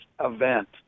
event